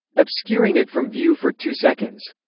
obscuring it from view for two seconds.